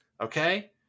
Okay